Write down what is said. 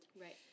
Right